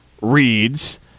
reads